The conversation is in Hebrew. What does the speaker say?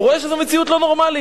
הוא רואה שזאת מציאות לא נורמלית.